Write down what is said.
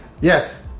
yes